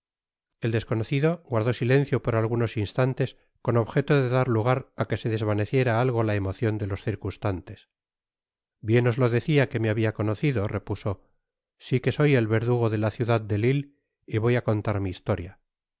el desconocido guardó silencio por algunos instantes con objeto de dar lugar á que se desvaneciera algo la emocion de los circunstantes bien os lo decia que me habia conocido repuso si que soy el verdugo de la ciudad de lille y voy á contar mi historia